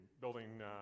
building